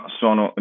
sono